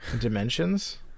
Dimensions